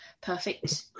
Perfect